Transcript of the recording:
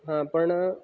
હા પણ